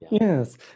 Yes